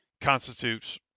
constitutes